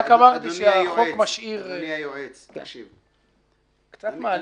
אני רק אמרתי שהחוק משאיר --- זה קצת מעליב.